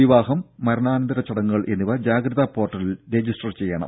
വിവാഹം മരണാനന്തര ചടങ്ങുകൾ എന്നിവ ജാഗ്രതാ പോർട്ടലിൽ രജിസ്റ്റർ ചെയ്യണം